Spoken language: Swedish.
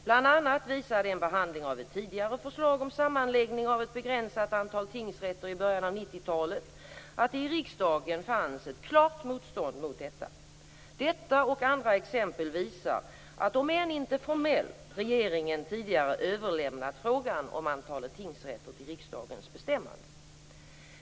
Bl.a. visade en behandling av ett tidigare förslag om sammanläggning av ett begränsat antal tingsrätter i början av 90-talet att det i riksdagen fanns ett klart motstånd mot detta. Detta och andra exempel visar att regeringen tidigare överlämnat frågan om antal tingsrätter, om än inte formellt, till riksdagens bestämmande.